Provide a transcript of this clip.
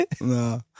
no